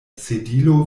sedilo